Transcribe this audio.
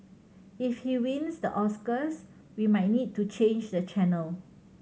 if he wins the Oscars we might need to change the channel